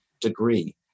degree